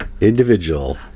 individual